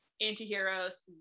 anti-heroes